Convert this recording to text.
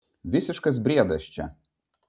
visiškas briedas čia